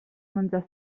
menjar